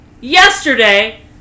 yesterday